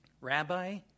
Rabbi